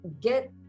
get